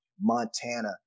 Montana